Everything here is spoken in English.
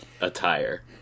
attire